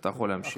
אתה יכול להמשיך.